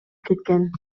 кеткен